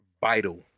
vital